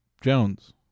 Jones